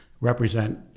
represent